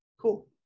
Cool